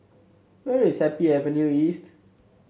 where is Happy Avenue East